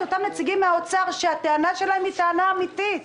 אותם נציגים מהאוצר שהטענה שלהם היא טענה אמיתית,